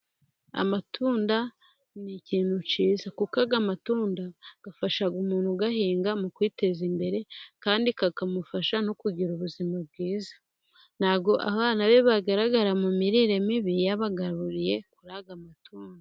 Amatunda ni ikintu cyiza kuko aya amatunda afasha umuntu uyahinga mu kwiteza imbere, kandi akamufasha no kugira ubuzima bwiza. Abana be ntibagaragara mu mirire mibi yabagaburiye kuri aya amatunda.